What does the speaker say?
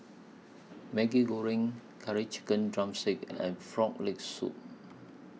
Maggi Goreng Curry Chicken Drumstick and Frog Leg Soup